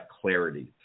clarity